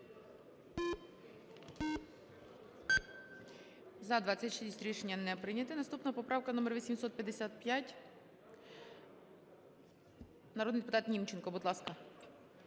За-26 Рішення не прийнято. Наступна поправка - номер 855. Народний депутат Німченко, будь ласка.